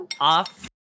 off